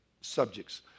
subjects